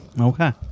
Okay